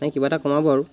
নাই কিবা এটা কমাব আৰু